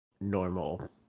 normal